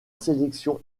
sélection